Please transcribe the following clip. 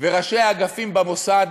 וראשי אגפים במוסד